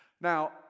Now